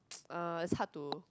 uh it's hard to